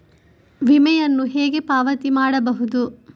ವಿಮೆಯನ್ನು ಹೇಗೆ ಪಾವತಿ ಮಾಡಬಹುದು?